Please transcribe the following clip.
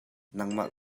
nangmah